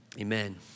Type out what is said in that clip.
Amen